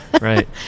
Right